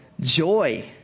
Joy